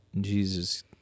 Jesus